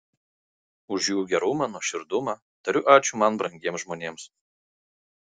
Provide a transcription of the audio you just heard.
už jų gerumą nuoširdumą tariu ačiū man brangiems žmonėms